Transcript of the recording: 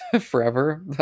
forever